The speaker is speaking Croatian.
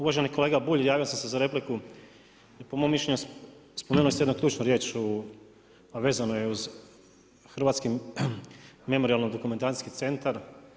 Uvaženi kolega Bulj, javio sam se za repliku jer po mom mišljenju spomenuli ste jednu ključnu riječ a vezano je uz Hrvatski memorijalno-dokumentacijski centar.